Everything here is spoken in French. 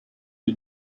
que